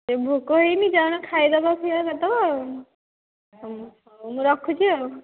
ଏଇ ଭୋକ ହୋଇନି ଯାଉନ ଖାଇଦେବ ତ ଆଉ ହଉ ମୁଁ ରଖୁଛି ଆଉ